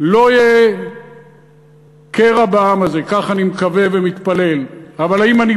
לא יהיה קרע בעם הזה, כך אני מקווה ומתפלל.